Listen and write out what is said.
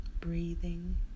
Breathing